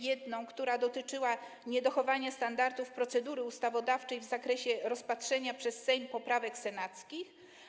Jedna dotyczyła niedochowania standardów procedury ustawodawczej w zakresie rozpatrzenia przez Sejm poprawek senackich.